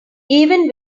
even